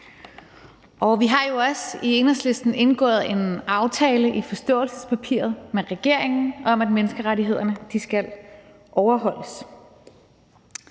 vi har jo også i Enhedslisten indgået en aftale i forståelsespapiret med regeringen om, at menneskerettighederne skal overholdes.